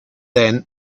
then